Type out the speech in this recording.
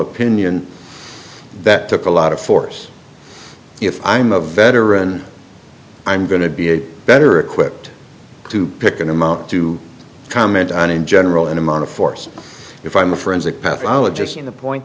opinion that took a lot of force if i'm a veteran i'm going to be better equipped to pick an amount to comment on in general in amount of force if i'm a forensic pathologist in the point